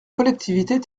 collectivités